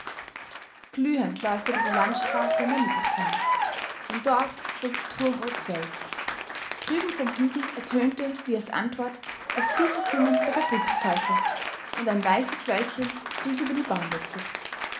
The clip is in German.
glühend leuchtete die landstraße in der mittagsonne im dorf schlug die turmuhr zwölf drüben vom hügel ertönte wie als antwort das tiefe summen der fabrikspfeife und ein weißes wölkchen stieg über die baumwipfel